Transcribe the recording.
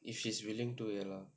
if she's willing ya lah